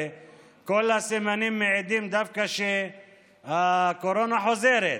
וכל הסימנים מעידים דווקא שהקורונה חוזרת,